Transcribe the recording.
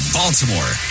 Baltimore